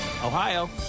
Ohio